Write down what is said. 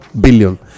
billion